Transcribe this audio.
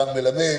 רן מלמד.